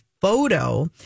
photo